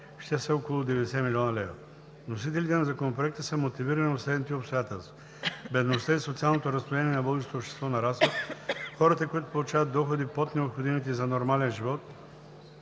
ще са около 90 млн. лв. Вносителите на Законопроекта са мотивирани от следните обстоятелства: Бедността и социалното разслоение на българското общество нарастват. Хората, които получават доходи под необходимите за нормален живот